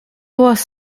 was